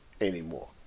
anymore